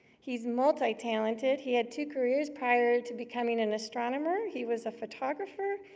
he's multi-talented. he had two careers prior to becoming an astronomer. he was a photographer,